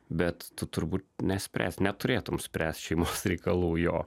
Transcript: bet tu turbūt nespręsi neturėtum spręst šeimos reikalų jo